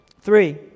Three